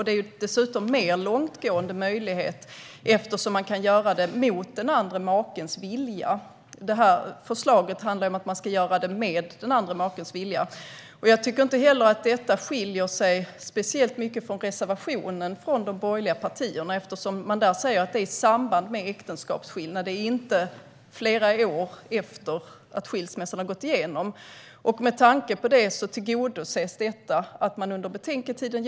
Det är dessutom en mer långtgående möjlighet eftersom det går att göra mot makens eller makans vilja. Ert förslag handlar ju om att det ska göras med makens eller makans vilja, Ewa Thalén Finné. Jag tycker inte heller att detta skiljer sig speciellt mycket från förslaget i reservationen från de borgerliga partierna. Där sägs nämligen att det gäller i samband med äktenskapsskillnad, så det handlar inte om flera år efter att skilsmässan har gått igenom. Med tanke på detta tillgodoses önskemålet. Förändringen görs under betänketiden.